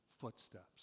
footsteps